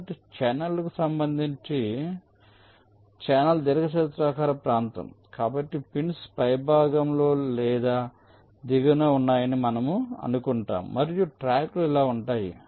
కాబట్టి ఛానెల్కు సంబంధించి కాబట్టి ఛానెల్ దీర్ఘచతురస్రాకార ప్రాంతం కాబట్టి పిన్స్ పైభాగంలో లేదా దిగువన ఉన్నాయని మనము అనుకుంటాము మరియు ట్రాక్లు ఇలా ఉంటాయి